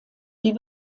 die